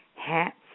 hats